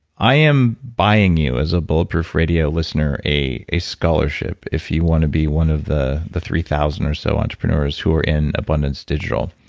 i am buying you as a bulletproof radio listener a a scholarship if you want to be one of the the three thousand or so entrepreneurs who are in abundance digital.